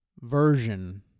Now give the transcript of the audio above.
version